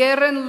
לקרן